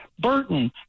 Burton